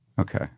Okay